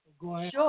Sure